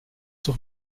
doch